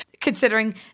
Considering